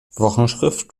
wochenschrift